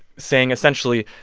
saying, essentially,